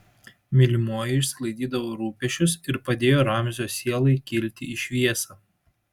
mylimoji išsklaidydavo rūpesčius ir padėjo ramzio sielai kilti į šviesą